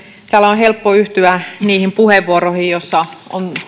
täällä on helppo yhtyä niihin puheenvuoroihin joissa on